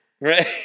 Right